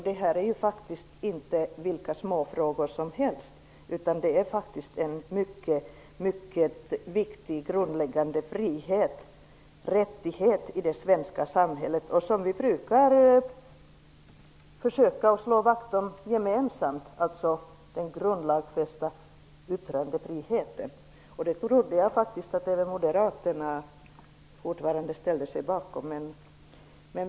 Det här är inte vilka småfrågor som helst, utan det gäller en mycket viktig grundläggande frihet och rättighet i det svenska samhället. Vi brukar gemensamt försöka slå vakt om den grundlagsfästa yttrandefriheten, och jag trodde att även Moderaterna fortfarande ställde sig bakom den.